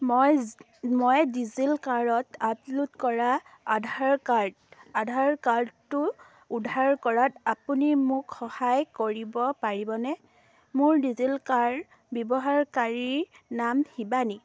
মই মই ডিজিলকাৰত আপলোড কৰা আধাৰ কাৰ্ড আধাৰ কাৰ্ডটো উদ্ধাৰ কৰাত আপুনি মোক সহায় কৰিব পাৰিবনে মোৰ ডিজিলকাৰ ব্যৱহাৰকাৰীনাম শিৱানী